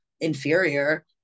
inferior